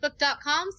Facebook.com